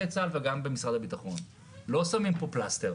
צה"ל וגם במשרד הביטחון שלא שמים פה פלסתר,